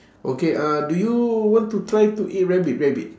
okay uh do you want to try to eat rabbit rabbit